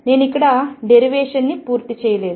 నేను ఇక్కడ డెరివేషన్ ని పూర్తి చేయలేదు